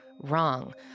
wrong